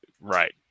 Right